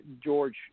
George